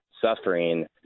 suffering